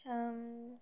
তা